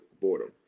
boredom